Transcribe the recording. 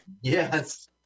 Yes